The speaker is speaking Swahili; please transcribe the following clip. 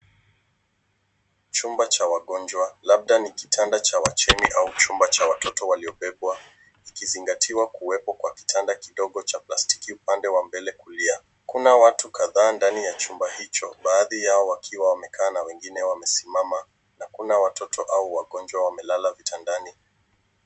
Chumba cha wagonjwa, labda ni kitanda cha wachini au chumba cha watoto waliobebwa ikizingatiwa kuwepo kwa kitanda kidogo cha plastiki upande wa mbele kulia. Kuna watu kadhaa ndani ya chumba hicho baadhi yao wakiwa wamekaa na wengine wamesimama na kuna watoto au wagonjwa wamelala vitandani.